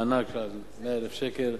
מענק של 100,000 שקלים,